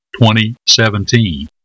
2017